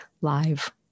live